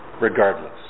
regardless